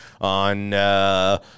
on